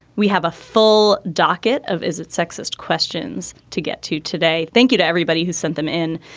we have a full docket of is it sexist questions to get to today. thank you to everybody who sent them in.